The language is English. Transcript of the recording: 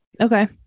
Okay